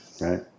Right